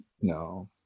No